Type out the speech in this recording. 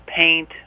paint